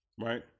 Right